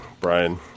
brian